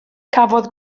cafodd